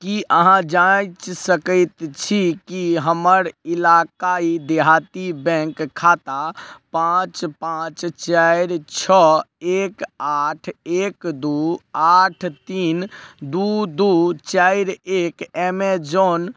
कि अहाँ जांँच सकैत छी कि हमर इलाक़ाइ देहाती बैंक खाता पाँच पाँच चारि छओ एक आठ एक दू आठ तीन दू दू चारि एक अमेजोन